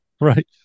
right